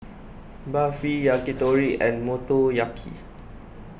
Barfi Yakitori and Motoyaki